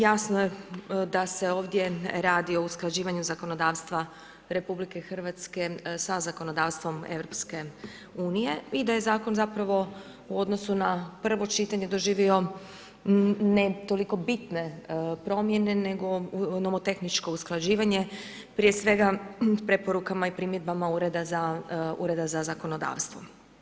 Jasno je da se ovdje radi o usklađivanju zakonodavstva RH sa zakonodavstvom EU i da je zakon zapravo u odnosu na prvo čitanje doživio ne toliko bitne promjene nego nomtehničko usklađivanje, prije svega preporukama i primjedbama Ureda za zakonodavstvo.